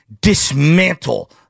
dismantle